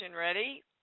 ready